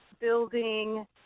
building